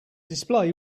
display